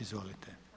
Izvolite.